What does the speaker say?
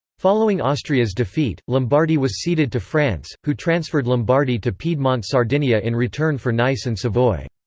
following austria's defeat, lombardy was ceded to france, who transferred lombardy to piedmont-sardinia in return for nice and savoy.